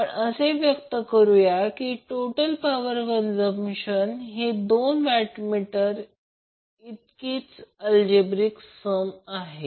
आपण असे व्यक्त करूया की टोटल पॉवर कंझम्पशन हे दोन वॅटमीटर रीडिंग इतके अल्जेब्रिक सम आहे